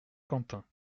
quentin